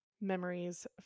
memories